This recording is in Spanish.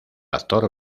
actor